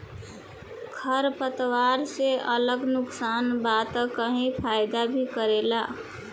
खर पतवार से अगर नुकसान बा त कही फायदा भी करेला